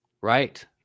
Right